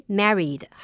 married